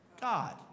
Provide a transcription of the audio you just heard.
God